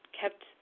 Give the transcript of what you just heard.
kept